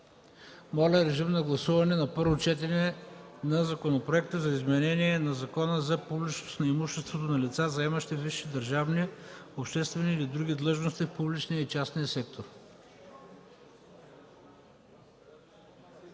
Моля, гласувайте на първо четене Законопроекта за изменение на Закона за публичност на имуществото на лица, заемащи висши държавни, обществени или други длъжности в публичния и частния сектор.